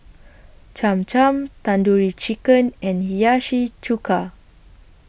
Cham Cham Tandoori Chicken and Hiyashi Chuka